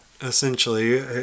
essentially